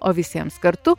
o visiems kartu